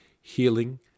healing